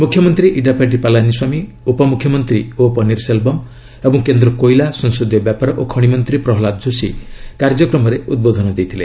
ମୁଖ୍ୟମନ୍ତ୍ରୀ ଇଡାପାଡି ପାଲାନୀସ୍ୱାମୀ ଉପମୁଖ୍ୟମନ୍ତ୍ରୀ ଓ ପନିର୍ସେଲବମ୍ ଏବଂ କେନ୍ଦ୍ର କୋଇଲା ସଂସଦୀୟ ବ୍ୟାପାର ଓ ଖଣି ମନ୍ତ୍ରୀ ପ୍ରହଲ୍ଲାଦ ଯୋଶୀ କାର୍ଯ୍ୟକ୍ରମରେ ଉଦ୍ବୋଧନ ଦେଇଥିଲେ